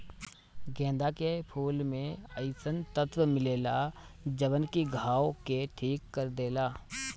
गेंदा के फूल में अइसन तत्व मिलेला जवन की घाव के ठीक कर देला